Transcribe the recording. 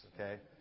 okay